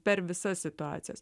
per visas situacijas